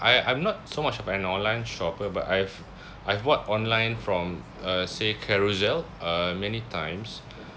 I I'm not so much of an online shopper but I've I've bought online from uh say carousell uh many times